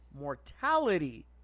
mortality